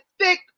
thick